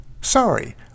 Sorry